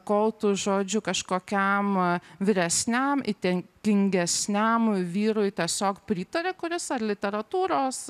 kol tu žodžiu kažkokiam vyresniam ititingesniam vyrui tiesiog pritari kuris ar literatūros